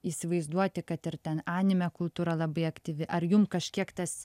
įsivaizduoti kad ir ten animė kultūra labai aktyvi ar jum kažkiek tas